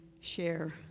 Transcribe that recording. share